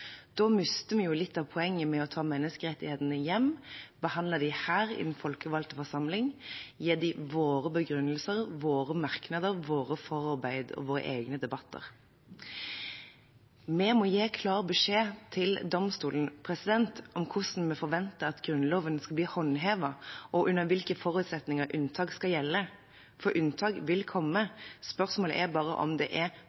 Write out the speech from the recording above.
Da mister vi litt av poenget med å ta menneskerettighetene hjem, behandle dem her i den folkevalgte forsamling, gi dem våre begrunnelser, våre merknader, våre forarbeider og våre egne debatter. Vi må gi klar beskjed til domstolen om hvordan vi forventer at Grunnloven skal bli håndhevet, og under hvilke forutsetninger unntak skal gjelde. For unntak vil komme. Spørsmålet er